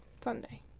Sunday